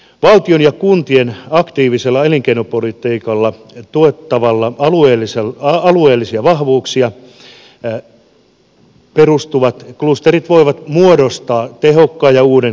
valtion ja kuntien aktiivisella elinkeinopolitiikalla tuettavat alueellisiin vahvuuksiin perustuvat klusterit voivat muodostaa tehokkaan ja uuden kasvuympäristön